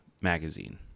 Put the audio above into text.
Magazine